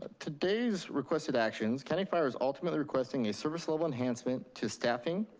today's requested actions, county fire's ultimately requesting a service level enhancement to staffing,